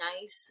nice